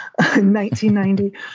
1990